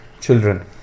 children